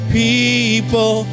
people